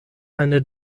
eine